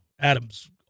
Adam's